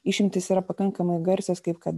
išimtys yra pakankamai garsios kaip kad